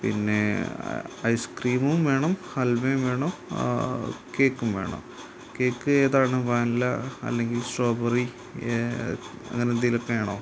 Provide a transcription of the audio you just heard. പിന്നേ ഐസ്ക്രീമും വേണം ഹൽവയും വേണം കേയ്ക്കും വേണം കേക്ക് ഏതാണ് വാൻല അല്ലെങ്കിൽ സ്റ്റോബറി അങ്ങനെ എന്തെങ്കിലുമൊക്കെയാണോ